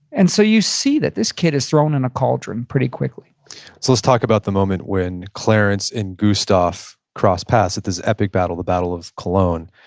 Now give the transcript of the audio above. and so you see that this kid is thrown in a cauldron pretty quickly let's talk about the moment when clarence and gustav cross paths at this epic battle, the battle of cologne,